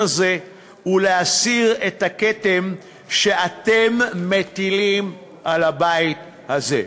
הזה ולהסיר את הכתם שאתם מטילים על הבית הזה.